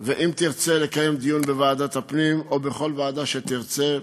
ואם תרצה לקיים דיון בוועדת הפנים או בכל ועדה שתרצה,